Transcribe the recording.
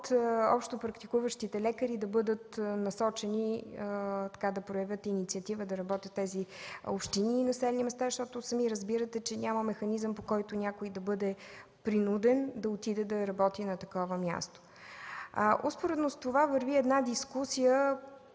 могат общопрактикуващите лекари да бъдат насочени, да проявят инициатива да работят в тези общини и населени места, защото, сами разбирате, че няма механизъм, по който някой да бъде принуден да отиде и да работи на такова място. Успоредно с това върви една дискусия